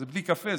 זה בלי קפה,